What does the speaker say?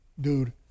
Dude